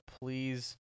please